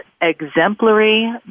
exemplary